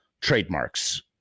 trademarks